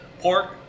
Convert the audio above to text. Pork